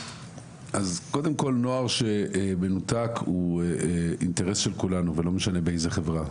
אז קודם כל נוער שמנותק הוא אינטרס של כולנו וזה לא משנה באיזו חברה,